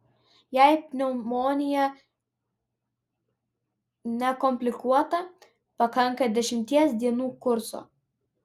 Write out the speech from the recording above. jei pneumonija nekomplikuota pakanka dešimties dienų kurso